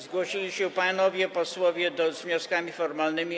Zgłosili się panowie posłowie z wnioskami formalnymi.